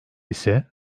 ise